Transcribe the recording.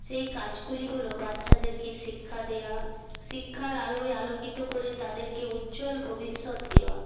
সেই কাজগুলি হল বাচ্চাদেরকে শিক্ষা দেওয়া শিক্ষার আলোয় আলোকিত করে তাদেরকে উজ্জ্বল ভবিষ্যৎ দেওয়া